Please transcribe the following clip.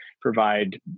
provide